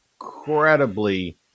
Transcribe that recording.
incredibly